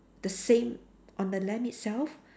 the same on the lamp itself